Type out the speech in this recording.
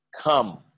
come